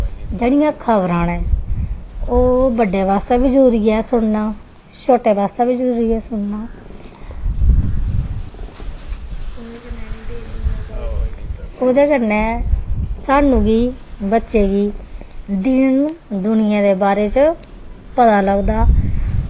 जेह्ड़ियां खबरां न ओह् बड्डें बास्तै बी जरूरी ऐ सुनना छोटें बास्तै बी जरूरी ऐ सुनना ओह्दे कन्नै सानूं बी बच्चें गी दीन दुनियै दे बारे च पता लगदा